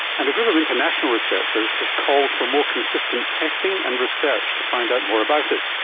and a group of international researchers has called for more consistent testing and research to find out more about it.